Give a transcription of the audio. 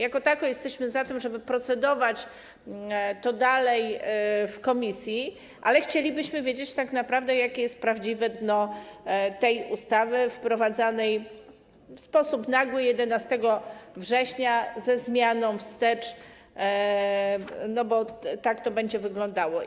Jako tako jesteśmy za tym, żeby procedować nad tym dalej w komisji, ale chcielibyśmy wiedzieć, jakie jest prawdziwe dno tej ustawy, wprowadzanej w sposób nagły 11 września, ze zmianą wstecz, bo tak to będzie wyglądało.